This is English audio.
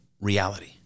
reality